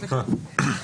סליחה.